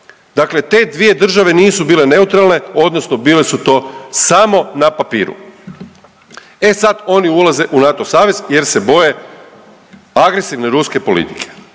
Dakle te dvije države nisu bile neutralne odnosno bile su to samo na papiru. E sad oni ulaze u NATO savez jer se boje agresivne ruske politike.